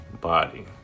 body